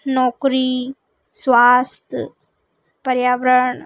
नौकरी स्वास्थ्य पर्यावरण